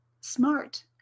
smart